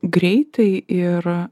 greitai ir